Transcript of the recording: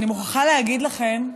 אני מוכרחה להגיד לכם,